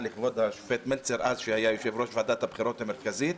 לכבוד השופט מלצר אז שהיה יושב-ראש ועדת הבחירות המרכזית.